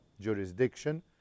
jurisdiction